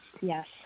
Yes